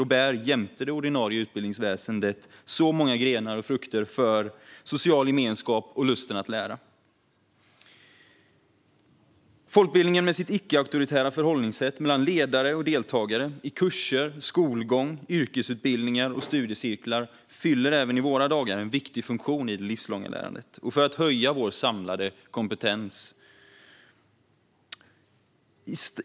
Det är ett träd jämte det ordinarie utbildningsväsendet som bär många grenar och frukter för social gemenskap och lusten att lära. Folkbildningen, med sitt icke-auktoritära förhållningssätt mellan ledare och deltagare i kurser, skolgång, yrkesutbildningar och studiecirklar, fyller även i våra dagar en viktig funktion i det livslånga lärandet och för att höja vår samlade kompetens.